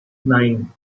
nine